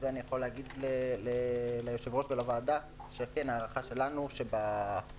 אני יכול להגיד ליושב-ראש ולוועדה שעל פי ההערכה שלנו בחודש,